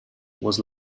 was